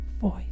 voice